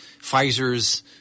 Pfizer's